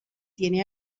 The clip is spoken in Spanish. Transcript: tiene